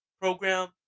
program